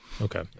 Okay